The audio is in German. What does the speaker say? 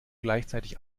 gleichzeitig